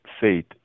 faith